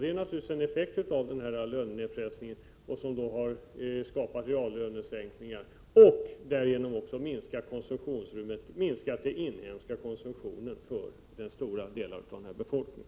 Det är naturligtvis en effekt av lönenedpressningen, som har lett till reallönesänkningar och därigenom också minskat konsumtionsutrymmet för stora delar av befolkningen i vårt land.